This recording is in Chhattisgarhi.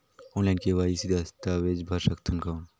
ऑनलाइन के.वाई.सी दस्तावेज भर सकथन कौन?